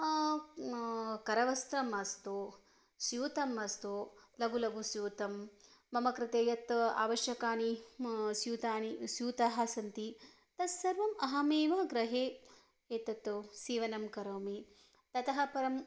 करवस्त्रम् अस्तु स्यूतम् अस्तु लघु लघु स्यूतं मम कृते यत् आवश्यकानि स्यूतानि स्यूताः सन्ति तत्सर्वम् अहमेव गृहे एतत् सीवनं करोमि ततः परं